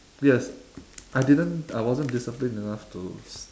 yes I didn't I wasn't disciplined enough to